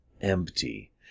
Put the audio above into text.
empty